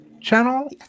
channel